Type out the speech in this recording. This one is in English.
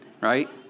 right